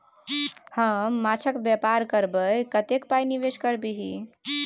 हम माछक बेपार करबै कतेक पाय निवेश करबिही?